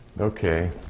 Okay